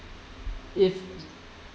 if